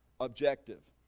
objective